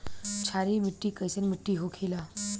क्षारीय मिट्टी कइसन होखेला?